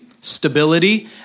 stability